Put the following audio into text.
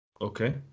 Okay